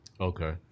Okay